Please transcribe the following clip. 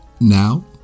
Now